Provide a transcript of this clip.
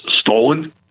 stolen